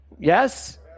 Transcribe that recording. Yes